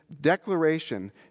declaration